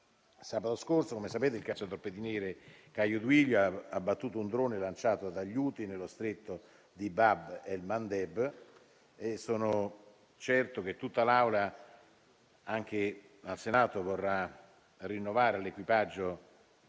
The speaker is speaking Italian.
Sabato scorso, come sapete, il cacciatorpediniere Caio Duilio ha abbattuto un drone lanciato dagli Houthi nello stretto di Bab El Mandeb e sono certo che tutta l'Assemblea del Senato vorrà rinnovare all'equipaggio